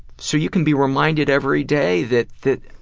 so you can be reminded every day that that